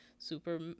super